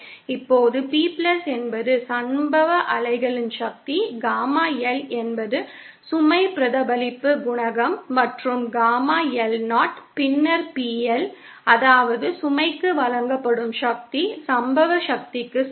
இப்போது P என்பது சம்பவ அலைகளின் சக்தி காமா L என்பது சுமை பிரதிபலிப்பு குணகம் மற்றும் காமா L 0 பின்னர் PL அதாவது சுமைக்கு வழங்கப்படும் சக்தி சம்பவ சக்திக்கு சமம்